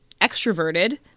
extroverted